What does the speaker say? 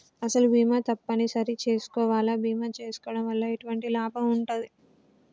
అసలు బీమా తప్పని సరి చేసుకోవాలా? బీమా చేసుకోవడం వల్ల ఎటువంటి లాభం ఉంటది?